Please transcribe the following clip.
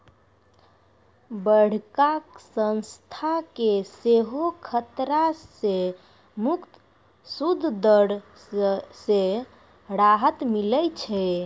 बड़का संस्था के सेहो खतरा से मुक्त सूद दर से राहत मिलै छै